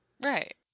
Right